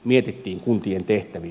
mietittiin kuntien tehtäviä